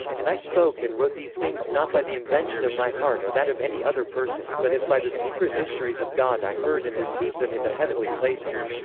and i spoke and wrote these things not by the invention of my heart or that of any other person, but as by the secret mysteries of god i heard and received them in the heavenly places.